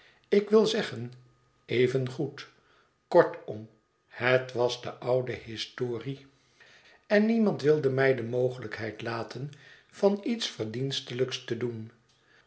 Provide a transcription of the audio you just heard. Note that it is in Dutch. ik wil zeggen evengoed kortom het was de oude historie en niemand wilde mij de mogelijkheid laten van iets verdienstelijks te doen